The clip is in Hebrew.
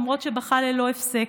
למרות שבכה ללא הפסק.